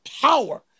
power